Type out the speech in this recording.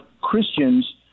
Christians